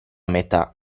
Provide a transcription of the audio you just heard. metà